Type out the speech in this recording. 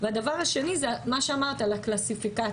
הדבר השני הוא לגבי הקלסיפיקציה,